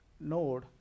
node